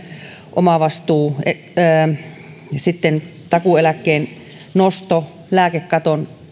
omavastuu takuueläkkeen nosto lääkekaton